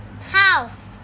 house